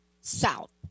south